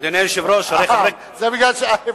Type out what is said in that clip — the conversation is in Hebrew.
כי הם לא מסוגלים.